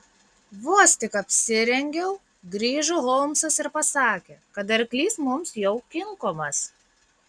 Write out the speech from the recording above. vos tik apsirengiau grįžo holmsas ir pasakė kad arklys mums jau kinkomas